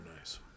nice